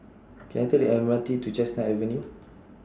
Can I Take The M R T to Chestnut Avenue